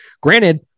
granted